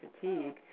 fatigue